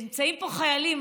נמצאים פה חיילים,